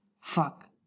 Fuck